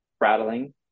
rattling